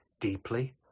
deeply